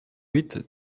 huit